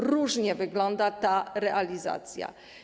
Różnie wygląda ta realizacja.